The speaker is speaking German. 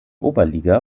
oberliga